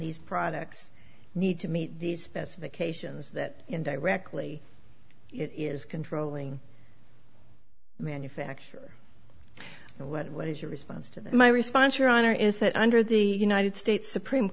these products need to meet these specifications that in directly it is controlling manufacturer what is your response to my response your honor is that under the united states supreme